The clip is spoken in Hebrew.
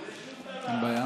לשום דבר.